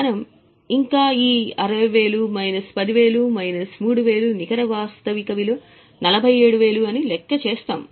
మనం ఇంకా ఈ 60 మైనస్ 10 మైనస్ 3 నికర వాస్తవిక విలువ 47 అని లెక్క చేస్తాము